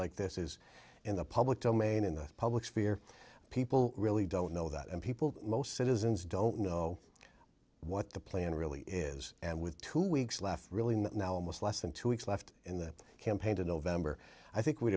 like this is in the public domain in the public sphere people really don't know that and people most citizens don't know what the plan really is and with two weeks left really now almost less than two weeks left in the campaign to november i think w